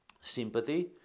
Sympathy